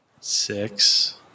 Six